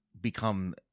become